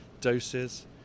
doses